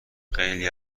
خیلی